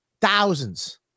thousands